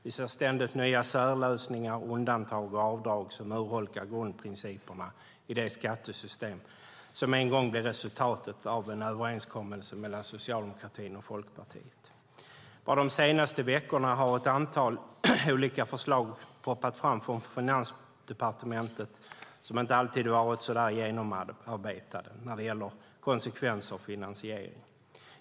Vi ser ständigt nya särlösningar, undantag och avdrag som urholkar grundprinciperna i det skattesystem som en gång blev resultatet av en överenskommelse mellan socialdemokratin och Folkpartiet. Bara de senaste veckorna har ett antal olika förslag poppat upp från Finansdepartementet, och de har inte alltid varit så genomarbetade när det gäller konsekvenser och finansiering.